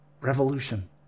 Revolution